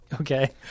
Okay